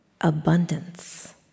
abundance